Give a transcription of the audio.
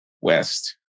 West